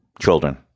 children